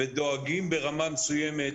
ודואגים ברמה מסוימת,